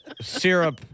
Syrup